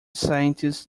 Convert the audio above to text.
scientists